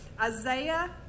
Isaiah